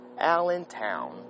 Allentown